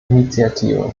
initiative